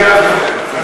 אני גם זוכר.